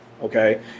Okay